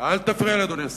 אדוני השר.